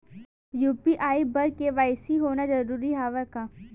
UPI बर KYC होना जरूरी हवय का?